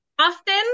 often